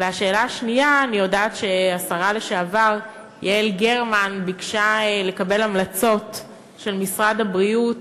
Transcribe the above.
2. אני יודעת שהשרה לשעבר יעל גרמן ביקשה לקבל המלצות של משרד הבריאות,